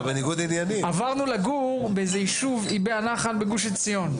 עברנו לגור ביישוב איבי נחל בגוש עציון.